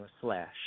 Slash